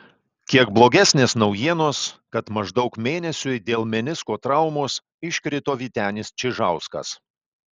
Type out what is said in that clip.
kiek blogesnės naujienos kad maždaug mėnesiui dėl menisko traumos iškrito vytenis čižauskas